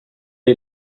est